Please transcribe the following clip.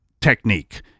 technique